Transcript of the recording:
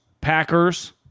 Packers